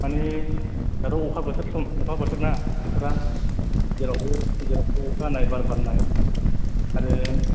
माने दाथ' अखा बोथोरफ्रोम अखा बोथोरना बोथोरा जेरावबो अखा हानाय बार बारनाय आरो